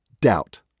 doubt